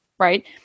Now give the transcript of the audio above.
right